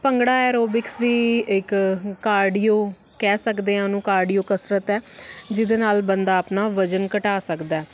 bhangra aerobics ਵੀ ਇੱਕ cardio ਕਹਿ ਸਕਦੇ ਹਾਂ ਉਹਨੂੰ ਕਾਰਡੀਓ ਕਸਰਤ ਹੈ ਜਿਹਦੇ ਨਾਲ ਬੰਦਾ ਆਪਣਾ ਵਜ਼ਨ ਘਟਾ ਸਕਦਾ